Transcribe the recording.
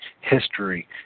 history